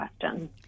question